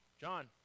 John